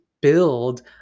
build